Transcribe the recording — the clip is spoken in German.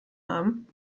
haben